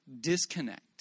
disconnect